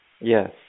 Yes